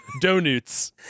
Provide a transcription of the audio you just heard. Donuts